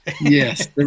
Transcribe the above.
yes